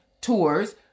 tours